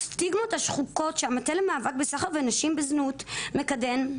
הסטיגמות השחוקות שהמטה למאבק בסחר בנשים וזכות מקדם,